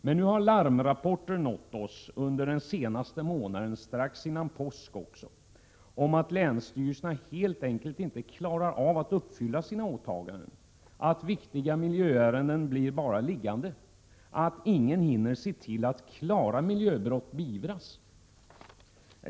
Men under den senaste månaden, bl.a. strax före påsk, har vi nåtts av larmrapporter om att länsstyrelserna helt enkelt inte klarar av att uppfylla sina åtaganden, att viktiga miljöärenden blir liggande, att ingen hinner se till att klara miljöbrott beivras.